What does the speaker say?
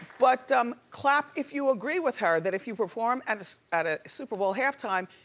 but um clap if you agree with her. that if you perform at at a super bowl halftime,